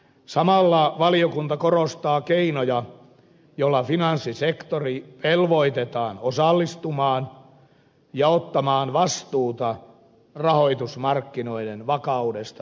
samalla valiokunta korostaa keinoja joilla finanssisektori velvoitetaan osallistumaan ja ottamaan vastuuta rahoitusmarkkinoiden vakaudesta tulevaisuudessa